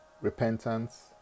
repentance